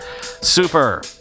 Super